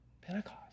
Pentecost